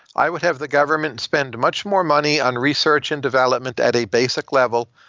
i would have the government spend much more money on research and development at a basic level.